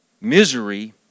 misery